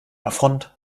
affront